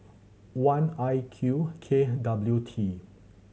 one I Q K W T